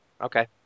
Okay